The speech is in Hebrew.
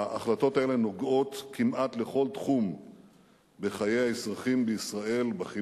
ההחלטות האלה נוגעות כמעט לכל תחום בחיי האזרחים בישראל: בחינוך,